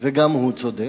וגם הוא צודק?